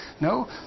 No